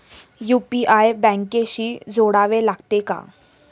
UPI बँकेशी जोडावे लागते का?